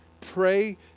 pray